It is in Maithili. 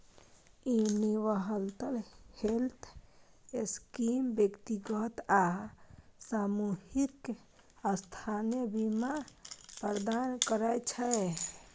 यूनिवर्सल हेल्थ स्कीम व्यक्तिगत आ सामूहिक स्वास्थ्य बीमा प्रदान करै छै